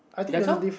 that's all